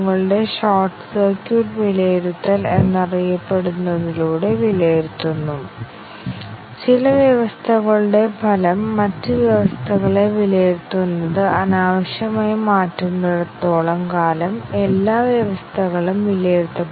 എല്ലാ സ്റ്റേറ്റ്മെന്റുകളും കവർ ചെയ്തിട്ടുണ്ടോ എന്ന് പരിശോധിക്കാൻ നമുക്ക് ഒരു ചെറിയ ഉപകരണം എഴുതാനും ടൂളുകൾ ലഭ്യമാണ് ജി കർവ് പോലുള്ള ഓപ്പൺ സോഴ്സ് ടൂളുകൾ ലഭ്യമാണ് എന്നാൽ നിർവ്വഹിക്കുന്ന സ്റ്റേറ്റ്മെന്റുകളുടെ ശതമാനം എത്രയാണെന്ന് പരിശോധിക്കാൻ കഴിയുന്ന ഞങ്ങളുടെ സ്വന്തം ഉപകരണം നമുക്ക് എഴുതാം